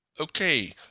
Okay